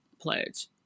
pledge